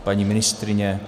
Paní ministryně?